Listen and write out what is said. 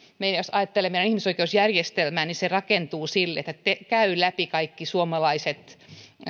meidän ihmisoikeusjärjestelmää joka rakentuu sille että käy läpi kaikki suomalaiset